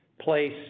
place